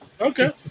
Okay